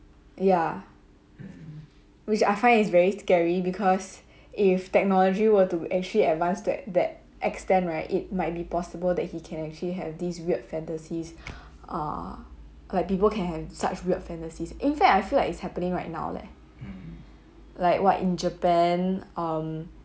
ya which I find is very scary because if technology were to actually advance to th~ that extend right it might be possible that he can actually have these weird fantasies uh like people can have such weird fantasies in fact I feel like it's happening right now leh like what in japan um